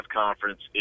conference